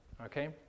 okay